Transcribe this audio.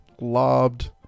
lobbed